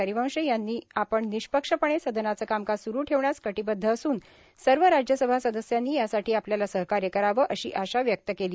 हरिवंश यांनी आपण निष्पक्षपणे सदनाचं कामकाज सुरू ढेवण्यास कटिबद्ध असून सर्व राज्यसभा सदस्यांनी यासाठी आपल्याला सहकार्य करावं अशी आशा व्यक्त केली